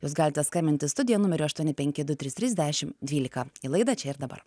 jūs galite skambinti į studiją numeriu aštuoni penki du trys trys dešim dvylika į laidą čia ir dabar